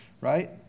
right